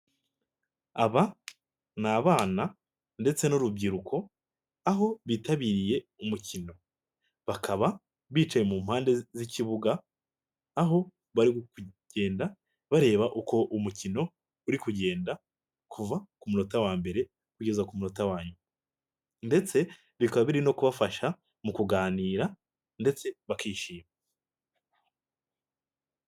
Aba n'abana ndetse n'urubyiruko aho bitabiriye umukino bakaba bicaye mu mpande z'ikibuga, aho bari kugenda bareba uko umukino uri kugenda kuva ku munota wa mbere kugeza ku munota wa nyuma. Ndetse bikaba biri no kubafasha mu kuganira ndetse bakishima.